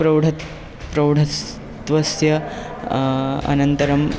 प्रौढः प्रौढत्वस्य अनन्तरं